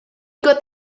got